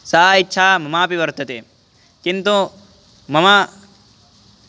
सा इच्छा ममापि वर्तते किन्तु मम